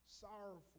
sorrowful